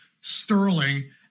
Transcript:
sterling